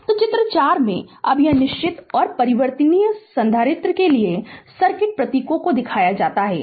Refer Slide Time 0646 तो चित्र 4 से अब यह निश्चित और परिवर्तनीय संधारित्र के लिए सर्किट प्रतीकों को दिखाता है